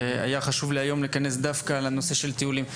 והיה חשוב לי היום לכנס דווקא על הנושא של טיולים.